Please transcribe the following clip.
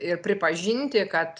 ir pripažinti kad